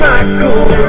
Michael